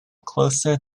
closer